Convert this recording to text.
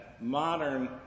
modern